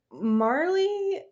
Marley